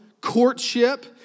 courtship